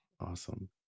awesome